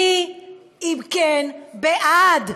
מי אם כן בעד?